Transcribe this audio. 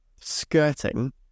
skirting